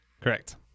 Correct